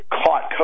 caught